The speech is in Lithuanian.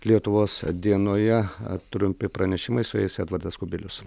lietuvos dienoje trumpi pranešimai su jais edvardas kubilius